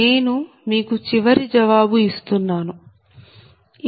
నేను మీకు చివరి జవాబు ఇస్తున్నాను A220